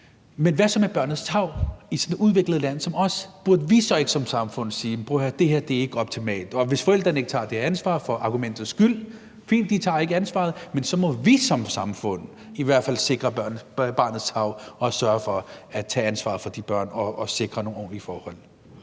Men hvad så med børnenes tarv i sådan et udviklet land som vores? Burde vi så ikke som samfund sige: Det her er ikke optimalt, og hvis – for argumentets skyld – forældrene ikke tager det ansvar, må vi som samfund i hvert fald sikre barnets tarv og sørge for at tage ansvar for de børn og sikre nogle ordentlige forhold.